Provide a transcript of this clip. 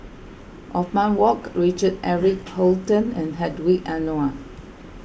Othman Wok Richard Eric Holttum and Hedwig Anuar